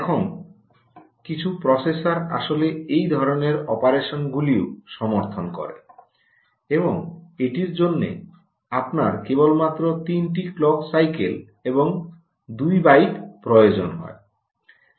এখন কিছু প্রসেসর আসলে এই ধরণের অপারেশনগুলিকেও সমর্থন করে এবং এটির জন্যে আপনার কেবলমাত্র 3 টি ক্লক সাইকেল এবং 2 বাইট প্রয়োজন হয়